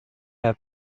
have